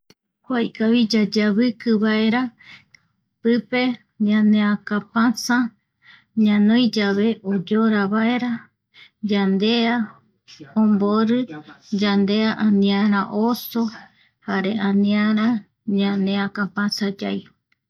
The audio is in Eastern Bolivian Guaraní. Kua ikavi yayeaviki vaera pipe ñaneakapasa ñanoi yave, oyora vaera yandea, ombori yandea aniara oso, jare aniara ñanekapire yaiko.